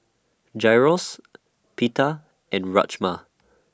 Gyros Pita and Rajma